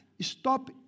stop